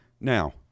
Now